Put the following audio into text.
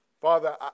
Father